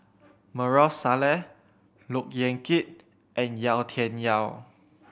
Maarof Salleh Look Yan Kit and Yau Tian Yau